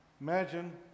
imagine